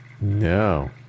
No